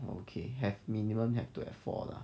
oh okay have minimum have to have four lah